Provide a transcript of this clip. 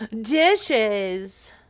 Dishes